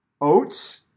oats